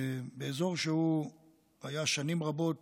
באזור שהיה שנים רבות